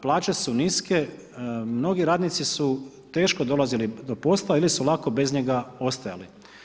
Plaće su niske, mnogi radnici su teško dolazili do posla ili su lako bez njega ostajali.